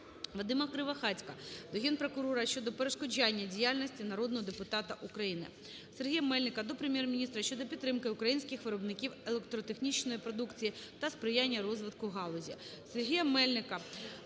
ВадимаКривохатька до Генпрокурора щодо перешкоджання діяльності народного депутата України. Сергія Мельника до Прем'єр-міністра щодо підтримки українських виробників електротехнічної продукції та сприяння розвитку галузі.